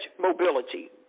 mobility